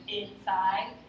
inside